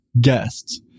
guests